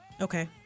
Okay